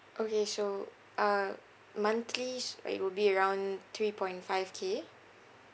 okay so uh monthly s~ uh it will be around three point five K